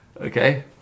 Okay